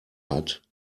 hat